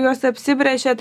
juos apsibrėžėt